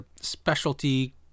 specialty